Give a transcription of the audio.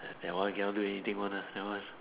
ah that one cannot do anything one lah that ones